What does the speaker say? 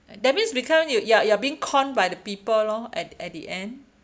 that means become you you are you are being conned by the people lor at at the end